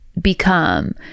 become